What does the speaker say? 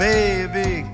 Baby